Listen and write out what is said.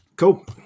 cool